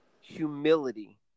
humility